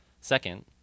Second